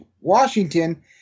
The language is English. Washington